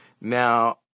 Now